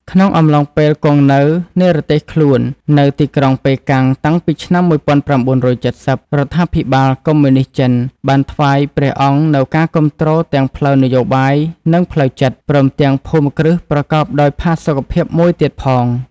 ក្នុងអំឡុងពេលគង់នៅនិរទេសខ្លួននៅទីក្រុងប៉េកាំងតាំងពីឆ្នាំ ១៩៧០ រដ្ឋាភិបាលកុម្មុយនីស្តចិនបានថ្វាយព្រះអង្គនូវការគាំទ្រទាំងផ្លូវនយោបាយ និងផ្លូវចិត្ត ព្រមទាំងភូមិគ្រឹះប្រកបដោយផាសុកភាពមួយទៀតផង។